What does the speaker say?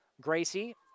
Gracie